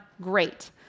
great